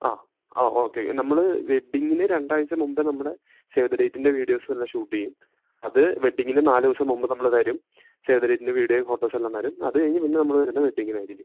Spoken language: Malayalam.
ആ ആ ഓക്കെ നമ്മള് വെഡ്ഡിംഗിന് രണ്ടാഴ്ച്ച മുമ്പെ നമ്മടെ സേവ് ദ ഡേറ്റിൻ്റെ വീഡിയോസെല്ലാ ഷൂട്ടെയ്യും അത് വെഡ്ഡിംഗിന് നാലൂസം മുമ്പ് നമ്മള് തരും സേവ് ദ ഡേറ്റിൻ്റെ വീഡിയോ ഫോട്ടോസെല്ലം തരും അത് കയ്ഞ്ഞ് പിന്നെ നമ്മള് വെര്ന്ന വെഡ്ഡിംഗിനായിരിക്കും